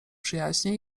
przyjaźnie